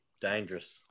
Dangerous